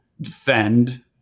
defend